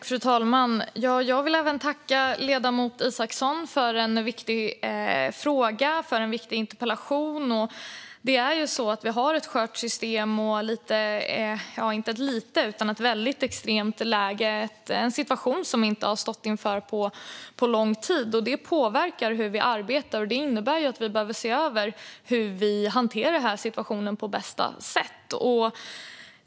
Fru talman! Jag tackar ledamoten Isacsson för en viktig interpellation. Vi har ett skört system och ett extremt läge. Det är en situation vi inte har stått inför på lång tid. Det påverkar hur vi arbetar och innebär att vi behöver se över hur vi hanterar denna situation på bästa sätt.